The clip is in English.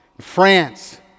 France